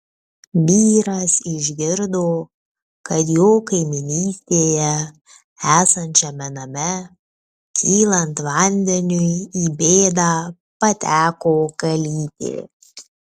vyras išgirdo kad jo kaimynystėje esančiame name kylant vandeniui į bėdą pateko kalytė